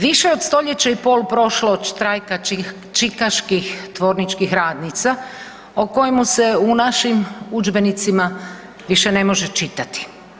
Više od stoljeća i pol prošlo od štrajka čikaških tvorničkih radnica o kojemu se u našim udžbenicima više ne može čitati.